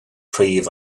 príomh